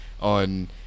on